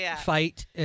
fight